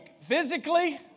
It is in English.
physically